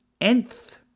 Nth